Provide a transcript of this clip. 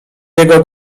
jego